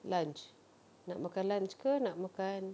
lunch nak makan lunch ke nak makan